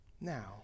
now